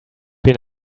been